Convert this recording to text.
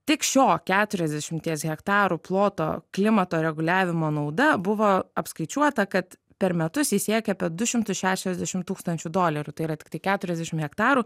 tik šio keturiasdešimties hektarų ploto klimato reguliavimo nauda buvo apskaičiuota kad per metus ji siekia apie du šimtus šešiasdešimt tūkstančių dolerių tai yra tiktai keturiasdešimt hektarų